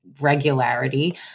regularity